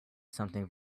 something